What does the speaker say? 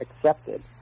accepted